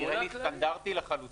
זה נראה לי סטנדרטי לחלוטין.